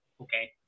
Okay